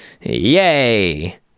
Yay